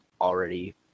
already